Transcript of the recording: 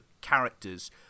characters